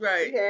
Right